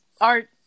art